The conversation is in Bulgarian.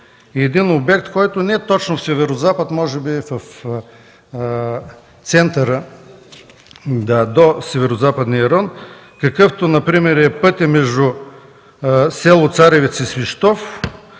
един обект, който не е точно в Северозападния район, може би е с център до Северозападния район, какъвто например е пътят между село Царевец и Свищов,